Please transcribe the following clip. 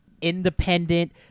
independent